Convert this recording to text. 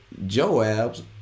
Joab's